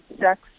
sex